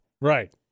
Right